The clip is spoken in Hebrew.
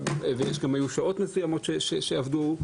וגם היו שעות מסוימות שעבדו,